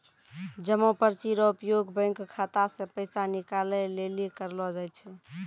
जमा पर्ची रो उपयोग बैंक खाता से पैसा निकाले लेली करलो जाय छै